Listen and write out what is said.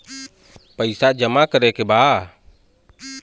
पैसा जमा करे के बा?